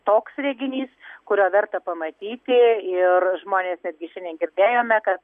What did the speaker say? toks reginys kurio verta pamatyti ir žmonės netgi šiandien girdėjome kad